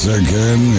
again